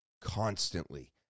constantly